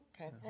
Okay